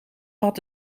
had